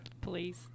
Please